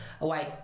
away